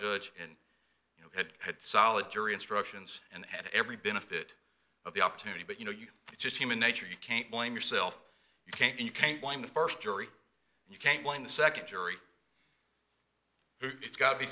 judge and you had solid jury instructions and had every benefit of the opportunity but you know you it's just human nature you can't blame yourself you can't you can't blame the first jury you can't blame the second jury it's got to be